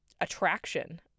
attraction